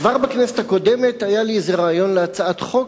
כבר בכנסת הקודמת היה לי איזה רעיון להצעת חוק,